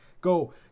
go